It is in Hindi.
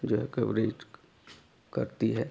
जाे है कवरेज करती है